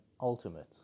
ultimate